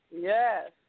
Yes